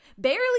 Barely